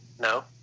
No